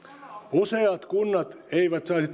useat kunnat eivät saisi